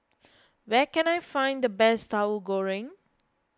where can I find the best Tahu Goreng